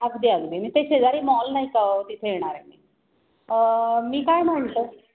अगदी अगदी मी ते शेजारी मॉल नाही का ओ तिथे येणारे मी मी काय म्हणतो